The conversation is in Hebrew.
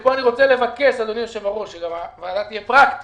וכאן אני רוצה לבקש אדוני היושב ראש שהוועדה תהיה פרקטית,